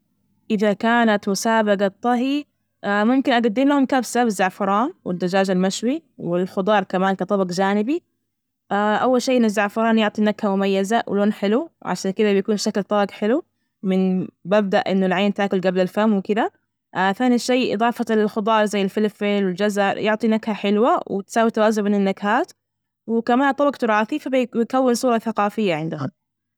إذا كانت مسابجة طهي ممكن أجدملهم كبسة بالزعفران والدجاج المشوي والخضار كمان كطبق جاني. أول شي إن الزعفران يعطي نكهة مميزة ولون حلو، عشان كده بيكون شكل الطبج حلو من مبدء إنه العين تاكل جبل الفم وكده. ثاني شي إضافة للخضار زي الفلفل والجزر يعطي نكهة حلوة وتساوي توازن بين النكهات، وكمان طبق تراثي فبيكون صورة ثقافية عندهم.